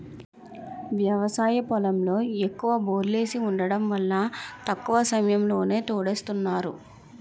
వ్యవసాయ పొలంలో ఎక్కువ బోర్లేసి వుండటం వల్ల తక్కువ సమయంలోనే తోడేస్తున్నారు